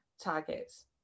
targets